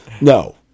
No